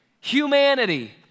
humanity